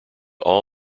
all